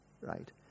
Right